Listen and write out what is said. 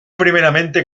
primeramente